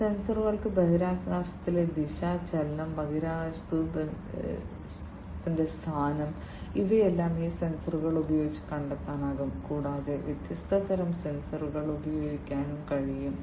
ഈ സെൻസറുകൾക്ക് ബഹിരാകാശത്തിലെ ദിശ ചലനം ബഹിരാകാശത്ത് ബഹിരാകാശത്തിലെ സ്ഥാനം ഇവയെല്ലാം ഈ സെൻസറുകൾ ഉപയോഗിച്ച് കണ്ടെത്താനാകും കൂടാതെ വ്യത്യസ്ത തരം സെൻസറുകൾ ഉപയോഗിക്കാനും കഴിയും